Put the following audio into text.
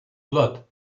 blood